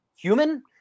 Human